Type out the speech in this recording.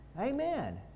Amen